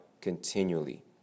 Continually